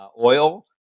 oil